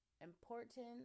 important